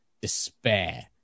despair